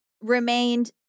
remained